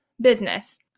business